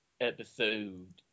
episode